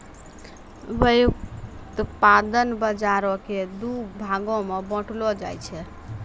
व्युत्पादन बजारो के दु भागो मे बांटलो जाय छै